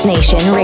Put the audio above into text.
Nation